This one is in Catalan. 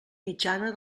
mitjana